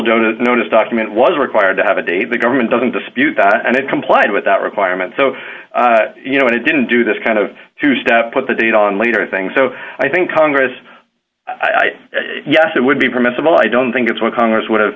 don't notice document was required to have a date the government doesn't dispute that and it complied with that requirement so you know and it didn't do this kind of two step put the date on later thing so i think congress yes it would be permissible i don't think it's what congress